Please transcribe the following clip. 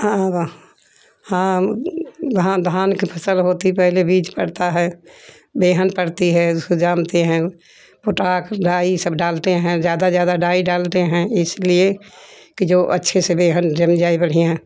ह धान के फसल होती पहले बीज पड़ता है बेहन पड़ती है उसको जानते है पोटाख डाइ सब डालते है ज़्यादा ज़्यादा डाइ डालते है इसलिए जो अच्छे से रेहन जम जाय बढ़िया